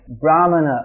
brahmana